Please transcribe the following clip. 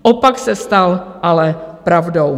Opak se stal ale pravdou.